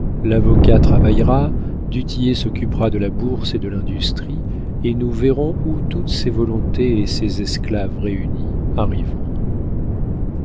l'avocat travaillera du tillet s'occupera de la bourse et de l'industrie et nous verrons où toutes ces volontés et ces esclaves réunis arriveront